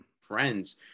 friends